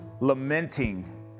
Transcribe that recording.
lamenting